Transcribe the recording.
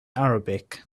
arabic